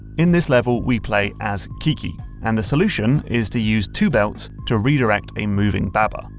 in this level we play as keke, and the solution is to use two belts to redirect a moving baba.